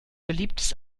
beliebtes